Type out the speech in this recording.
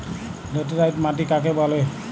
Laterite মাটি কাকে বলে?